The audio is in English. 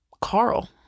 Carl